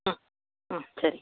ம் ம் சரி